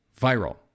viral